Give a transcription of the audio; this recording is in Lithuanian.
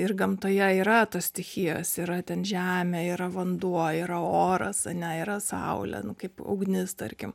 ir gamtoje yra tos stichijos yra ten žemė yra vanduo yra oras ane yra saulė kaip ugnis tarkim